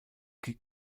gilt